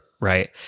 right